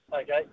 Okay